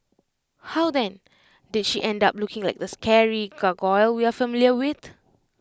how then did she end up looking like the scary gargoyle we are familiar with